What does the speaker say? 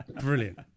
Brilliant